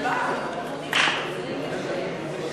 ש"ס,